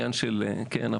העניין כן,